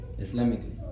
Islamically